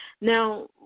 Now